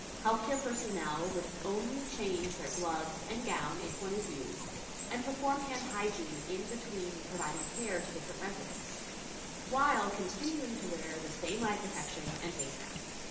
healthcare personnel would only change their gloves and gown if one is used and perform hand hygiene in between providing care to different residents while continuing to wear the same eye protection and face mask.